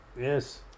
Yes